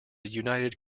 united